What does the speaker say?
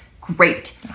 great